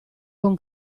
con